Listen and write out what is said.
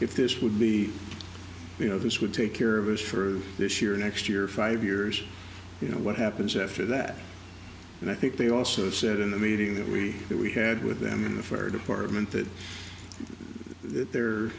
if this would be you know this would take care of us for this year next year five years you know what happens after that and i think they also said in a meeting that we that we had with them in the fire department that the